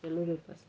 எல்லோரிப்பாஸ்